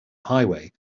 highway